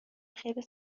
خیر